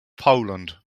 poland